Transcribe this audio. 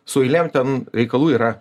su eilėm ten reikalų yra